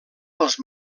pels